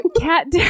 Cat